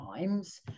times